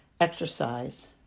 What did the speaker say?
exercise